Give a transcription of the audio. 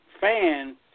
fan